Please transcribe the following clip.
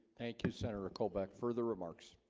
thank you senator ah kohl back further remarks